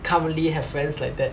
currently have friends like that